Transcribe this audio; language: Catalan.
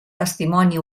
testimoni